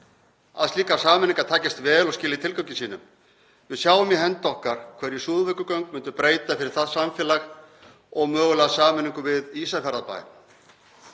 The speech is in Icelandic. að slíkar sameiningar takist vel og skili tilgangi sínum. Við sjáum í hendi okkar hverju Súðavíkurgöng myndu breyta fyrir það samfélag og mögulega sameiningu við Ísafjarðarbæ,